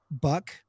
Buck